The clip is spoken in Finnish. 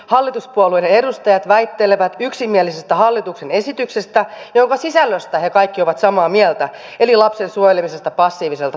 hallituspuolueiden edustajat väittelevät yksimielisestä hallituksen esityksestä jonka sisällöstä he kaikki ovat samaa mieltä eli lapsen suojelemisesta passiiviselta tupakoinnilta